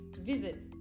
Visit